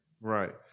Right